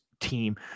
team